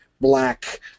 Black